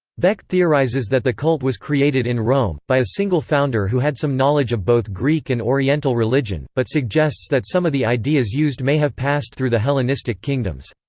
beck theorizes that the cult was created in rome, by a single founder who had some knowledge of both greek and oriental religion, but suggests that some of the ideas used may have passed through the hellenistic kingdoms.